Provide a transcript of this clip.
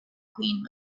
queen